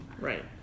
Right